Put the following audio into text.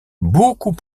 beaucoup